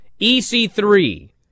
EC3